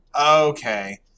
Okay